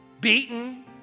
beaten